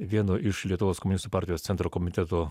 vieno iš lietuvos komunistų partijos centro komiteto